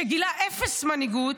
שגילה אפס מנהיגות,